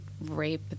rape